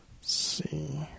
see